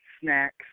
Snacks